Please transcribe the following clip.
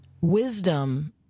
wisdom